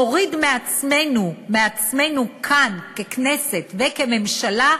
נוריד מעצמנו כאן, ככנסת וכממשלה,